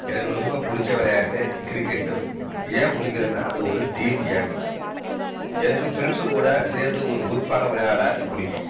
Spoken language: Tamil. எனக்கு ரொம்ப பிடிச்ச விளையாட்டு கிரிக்கெட்டு ஏன் பிடிக்குன்னா அது ஒரு டீம் கேம்மு எனக்கு ஃப்ரெண்ட்ஸு கூட சேர்ந்து ஒரு குரூப்பாக விளையாட பிடிக்கும்